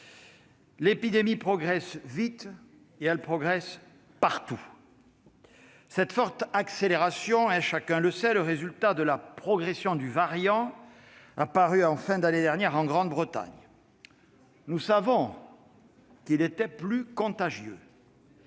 L'épidémie progresse vite et partout. Cette forte accélération est, chacun le sait, le résultat de la progression du variant apparu en fin d'année dernière en Grande-Bretagne. Nous savions qu'il était plus contagieux.